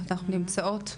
אנחנו נמצאות,